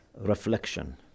reflection